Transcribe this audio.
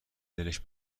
دلش